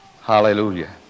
Hallelujah